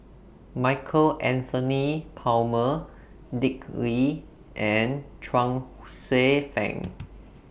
Michael Anthony Palmer Dick Lee and Chuang Hsueh Fang